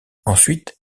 ensuite